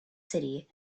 city